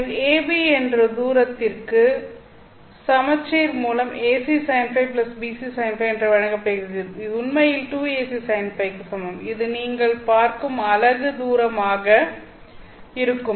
எனவே AB என்ற தூரத்திற்கு சமச்சீர் மூலம் AC sinϕBC sinϕ என்றுவழங்கப்படுகிறது இது உண்மையில் 2Ac sinϕ க்கு சமம் இது நீங்கள் பார்க்கும் அலகு தூரமாக இருக்கும்